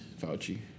Fauci